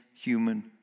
human